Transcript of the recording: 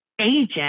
agent